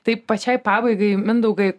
taip pačiai pabaigai mindaugai